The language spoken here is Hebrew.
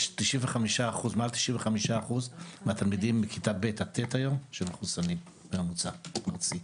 יש מעל 95%מהתלמידים בכיתה ב' עד ט' היום שמחוסנים בממוצע ארצי.